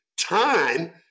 time